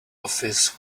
office